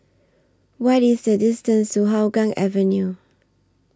What IS The distance to Hougang Avenue